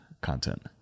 content